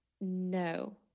no